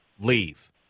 leave